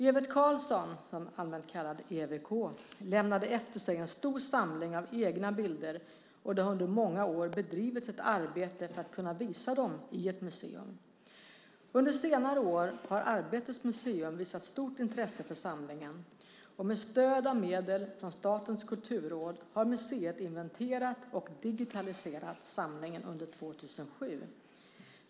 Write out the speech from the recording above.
Ewert Karlsson, som allmänt kallades EWK, lämnade efter sig en stor samling av egna bilder, och det har under många år bedrivits ett arbete för att kunna visa dem i ett museum. Under senare år har Arbetets museum visat stort intresse för samlingen. Med stöd av medel från Statens kulturråd har museet inventerat och digitaliserat samlingen under 2007.